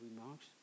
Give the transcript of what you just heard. remarks